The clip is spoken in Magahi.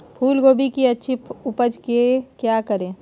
फूलगोभी की अच्छी उपज के क्या करे?